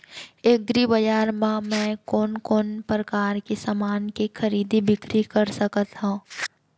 एग्रीबजार मा मैं कोन कोन परकार के समान के खरीदी बिक्री कर सकत हव?